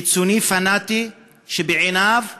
קיצוני פנאטי, שבעיניו קוקס,